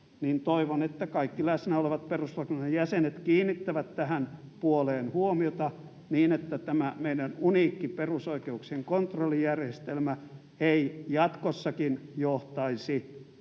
niin kaikki läsnä olevat perustuslakivaliokunnan jäsenet kiinnittävät tähän puoleen huomiota, niin että tämä meidän uniikki perusoikeuksien kontrollijärjestelmä ei jatkossakin johtaisi